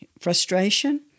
Frustration